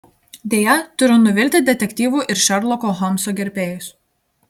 deja turiu nuvilti detektyvų ir šerloko holmso gerbėjus